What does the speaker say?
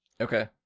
Okay